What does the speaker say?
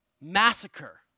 massacre